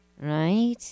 right